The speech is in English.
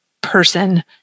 person